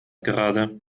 gerade